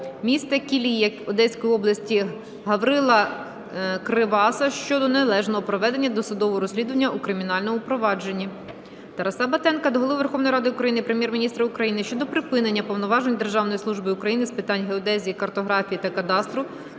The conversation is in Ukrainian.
міста Кілія Одеської області Гаврила Криваса щодо неналежного проведення досудового розслідування у кримінальному провадженні. Тараса Батенка до Голови Верховної Ради України, Прем'єр-міністра України щодо припинення повноважень Державної служби України з питань геодезії, картографії та кадастру